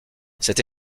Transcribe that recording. cette